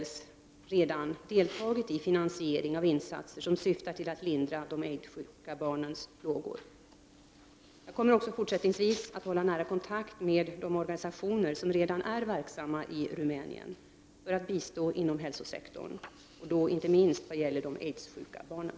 1989/90:84 redan deltagit i finansiering av insatser som syftar till att lindra de aidssjuka — 13 mars 1990 barnens plågor. Jag kommer också fortsättningsvis att hålla nära kontakt med de organisationer som redan är verksamma i Rumänien för att bistå inom hälsosektorn, och då inte minst vad gäller de aidssjuka barnen.